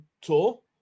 tour